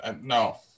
No